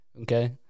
Okay